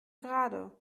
gerade